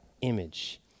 image